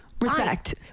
Respect